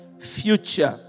future